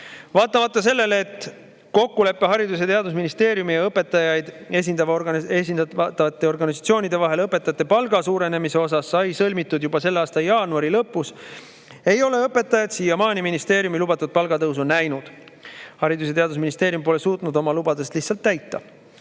Vaatamata sellele, et kokkulepe Haridus- ja Teadusministeeriumi ja õpetajaid esindavate organisatsioonide vahel õpetajate palga suurenemise kohta sai sõlmitud juba selle aasta jaanuari lõpus, ei ole õpetajad siiamaani ministeeriumi lubatud palgatõusu näinud. Haridus- ja Teadusministeerium pole suutnud oma lubadust lihtsalt täita.